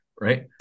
right